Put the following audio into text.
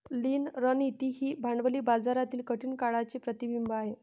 लीन रणनीती ही भांडवली बाजारातील कठीण काळाचे प्रतिबिंब आहे